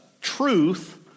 truth